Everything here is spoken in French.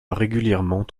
régulièrement